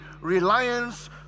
reliance